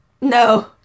No